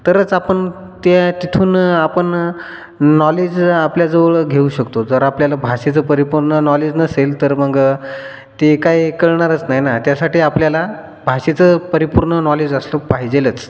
तरच आपण त्या तिथून आपण नॉलेज आपल्याजवळ घेऊ शकतो जर आपल्याला भाषेचं परिपूर्ण नॉलेज नसेल तर मग ते काय कळणारच नाहीना त्यासाठी आपल्याला भाषेचं परिपूर्ण नॉलेज असलं पाहिजेलंच